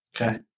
Okay